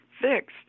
fixed